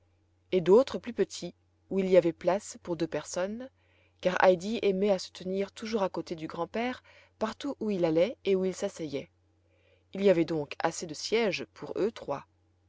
et d'autres plus petits où il y avait place pour deux personnes car heidi aimait à se tenir toujours à côté du grand-père partout où il allait et où il s'asseyait il y avait donc assez de sièges pour eux trois